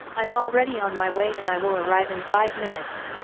i'm already on my way and i will arrive in five minutes!